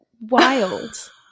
wild